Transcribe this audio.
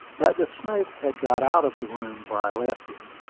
that the snake had got out of the room where i left him,